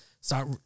Start